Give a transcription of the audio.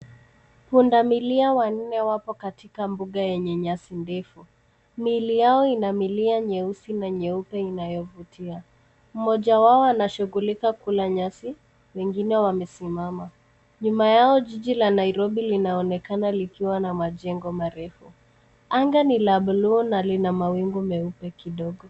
Punda milia wanne wapo katika mbuga yenye nyasi ndefu. Miili yao ina milia nyeusi na nyeupe inayovutia. Mmoja wao anashughulika kula nyasi, wengine wamesimama. Nyuma yao, jiji la Nairobi linaonekana likiwa na majengo marefu. Anga ni la buluu na lina mawingu meupe kidogo.